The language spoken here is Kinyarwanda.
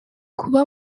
kuba